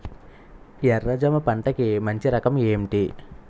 ఎర్ర జమ పంట కి మంచి రకం ఏంటి?